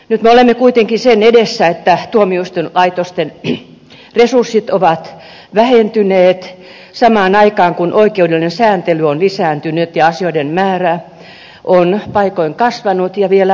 nyt me olemme kuitenkin sen edessä että tuomioistuinlaitosten resurssit ovat vähentyneet samaan aikaan kun oikeudellinen sääntely on lisääntynyt ja asioiden määrä on paikoin kasvanut ja vielä vaikeutunut